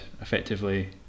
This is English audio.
effectively